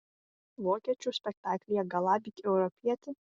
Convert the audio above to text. vokiečių spektaklyje galabyk europietį